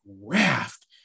raft